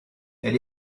elle